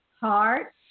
heart